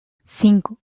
cinco